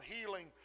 healing